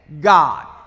God